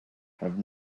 have